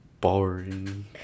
boring